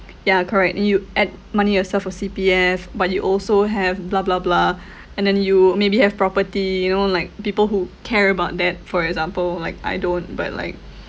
ya correct then you add money yourself for C_P_F but you also have blah blah blah and then you maybe have property you know like people who care about that for example like I don't but like